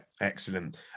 excellent